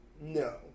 No